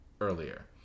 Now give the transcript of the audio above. earlier